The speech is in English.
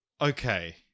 Okay